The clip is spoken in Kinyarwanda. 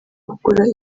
kugura